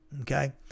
okay